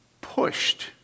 pushed